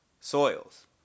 soils